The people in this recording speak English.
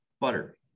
butter